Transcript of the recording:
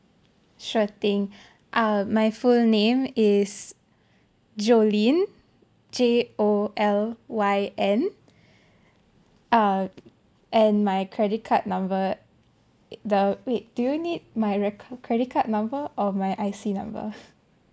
sure thing uh my full name is jolyn J O L Y N uh and my credit card number the wait do you need my re~ credit card number or my I_C number